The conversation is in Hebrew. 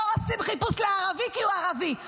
לא עושים חיפוש לערבי כי הוא ערבי.